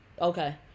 okay